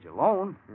alone